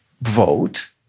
vote